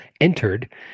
entered